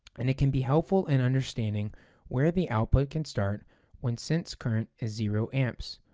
and it can be helpful in understanding where the output can start when sense current is zero amps,